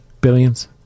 Billions